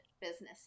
businesses